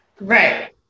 Right